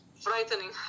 frightening